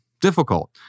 difficult